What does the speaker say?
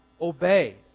obey